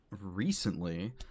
recently